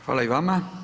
Hvala i vama.